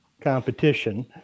competition